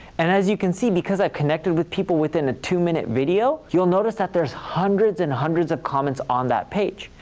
and as you can see, because i've connected with people within a two minutes video, you'll notice that there's hundreds and hundreds of comments on that page.